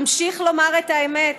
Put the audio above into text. אמשיך לומר את האמת,